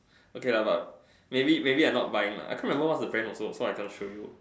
okay lah but maybe maybe I not buying lah I can't remember what's the brand also so I cannot show you